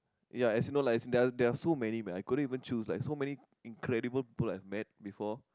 ya as in no like as in there are there are so many man I couldn't even choose like so many incredible people I've met before